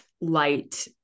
light